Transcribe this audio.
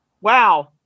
wow